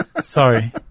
Sorry